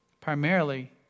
Primarily